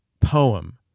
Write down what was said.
poem